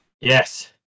Yes